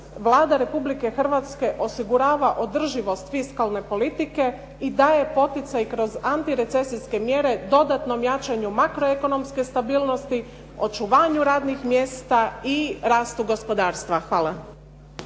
Vlada Republike Hrvatske osigurava održivost fiskalne politike i daje poticaj kroz antirecesijske mjere dodatnom jačanju makroekonomske stabilnosti, očuvanju radnih mjesta i rastu gospodarstva. Hvala.